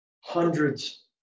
hundreds